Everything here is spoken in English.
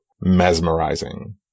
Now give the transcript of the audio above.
mesmerizing